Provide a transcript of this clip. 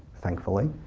thankfully.